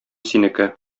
синеке